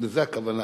לזה הכוונה